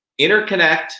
interconnect